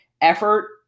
effort –